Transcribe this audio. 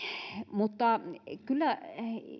mutta kyllä